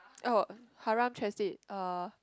oh haram translate uh